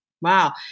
Wow